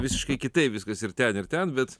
visiškai kitaip viskas ir ten ir ten bet